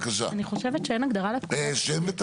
אני חושבת שאין הגדרה לפקודת